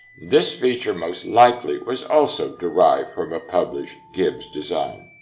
this feature most likely was also derived from a published gibbs design.